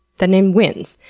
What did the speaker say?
that name wins.